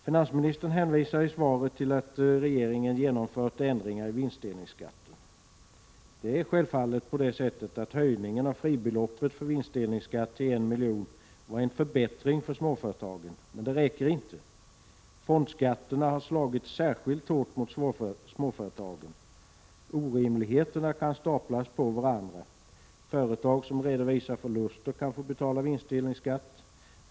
Finansministern hänvisar i svaret till att regeringen har genomfört ändringar i vinstdelningsskatten. Självfallet var höjningen av fribeloppet för vinstdelningsskatten till en miljon en förbättring för småföretagen, men det räcker inte. Fondskatterna har slagit särskilt hårt mot småföretagen. Orimligheterna kan staplas på varandra. Ett företag som redovisar förluster kan få betala vinstdelningsskatt.